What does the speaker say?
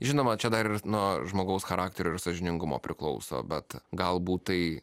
žinoma čia dar nuo žmogaus charakterio ir sąžiningumo priklauso bet galbūt tai